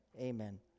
Amen